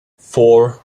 four